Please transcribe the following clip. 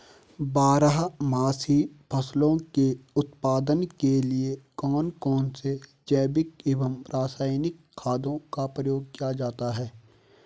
बारहमासी फसलों के उत्पादन के लिए कौन कौन से जैविक एवं रासायनिक खादों का प्रयोग किया जाता है?